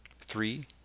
Three